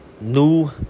New